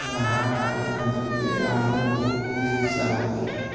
ᱨᱟᱦᱟ ᱟᱲᱟᱝ ᱟᱸᱡᱚᱢᱛᱮ ᱟᱢ ᱦᱚᱸ ᱠᱩᱦᱩ ᱠᱩᱦᱩ ᱥᱟᱱᱟ ᱜᱚᱫ ᱢᱮᱭᱟ